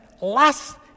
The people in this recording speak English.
last